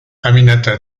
aminata